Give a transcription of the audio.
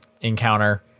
encounter